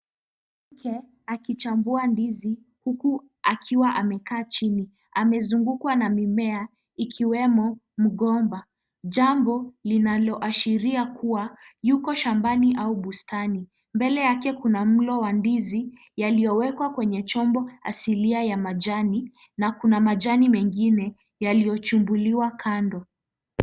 Mwanamke akichambua ndizi, huku akiwa amekaa chini. Amezungukwa na mimea, ikiwemo mgomba. Jambo linaloashiria kuwa yuko shambani au bustani. Mbele yake kuna mlo wa ndizi, yaliyowekwa kwenye chombo asilia ya majani, na kuna majani mengine yaliyochumbuliwa kando.